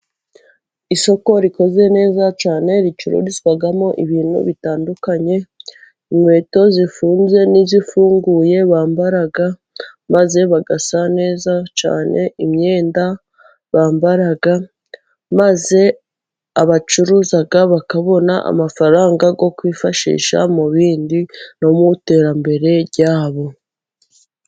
Isoko rikoze neza cyane ricururizwamo ibintu bitandukanye. Inkweto zifunze n'izifunguye bambara, maze bagasa neza cyane, imyenda bambara maze abacuruza bakabona amafaranga yo kwifashisha mu bindi no mu iterambere ryabo.